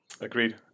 Agreed